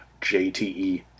JTE